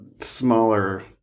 smaller